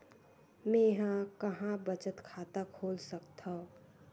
मेंहा कहां बचत खाता खोल सकथव?